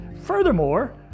Furthermore